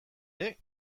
ere